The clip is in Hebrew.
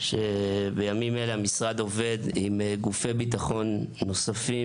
כי בימים אלה המשרד עובד עם גופי ביטחון נוספים